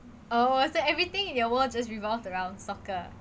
oh was that everything in your world just revolved around soccer